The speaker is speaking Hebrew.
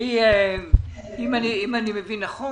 אם אני מבין נכון,